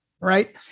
right